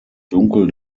dunkel